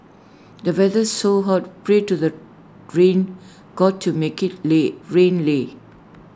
the weather's so hot pray to the rain God to make IT li rain li